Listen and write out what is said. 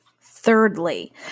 Thirdly